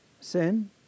sin